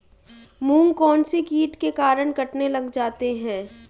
मूंग कौनसे कीट के कारण कटने लग जाते हैं?